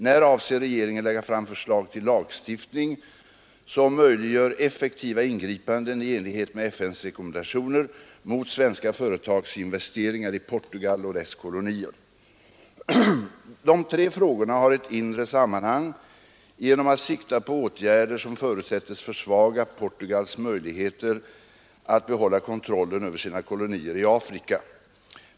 När avser regeringen lägga fram förslag till lagstiftning, som möjliggör effektiva ingripanden, i enlighet med FN:s rekommendationer, mot svenska företags investeringar i Portugal och dess kolonier? De tre frågorna har ett inre sammanhang genom att sikta på åtgärder som förutsättes försvaga Portugals möjligheter att behålla kontrollen över sina kolonier i Afrika.